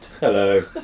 Hello